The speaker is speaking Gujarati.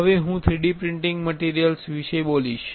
હવે હું 3D પ્રિન્ટિંગ મટિરિયલ્સ વિશે બોલીશ